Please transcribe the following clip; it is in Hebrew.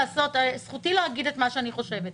זכותי להגיד את מה שאני חושבת.